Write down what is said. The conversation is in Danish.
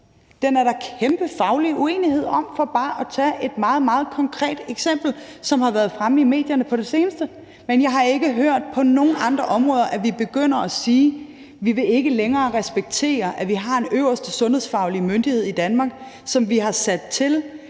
Den er der kæmpe faglig uenighed om, for bare at tage et meget, meget konkret eksempel, som har været fremme i medierne på det seneste. Men jeg har ikke hørt på nogen andre områder, at vi begynder at sige, at vi ikke længere vil respektere, at vi har en øverste sundhedsfaglig myndighed i Danmark, som vi har sat til